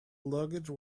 luggage